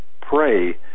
pray